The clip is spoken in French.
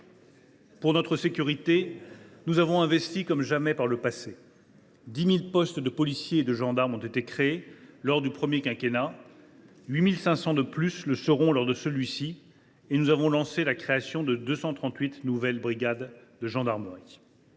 Pour notre sécurité, nous avons investi comme jamais par le passé : 10 000 postes de policiers et de gendarmes ont été créés lors du premier quinquennat ; 8 500 postes supplémentaires le seront lors de celui ci, et nous avons lancé la création de 238 nouvelles brigades de gendarmerie.